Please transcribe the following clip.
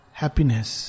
happiness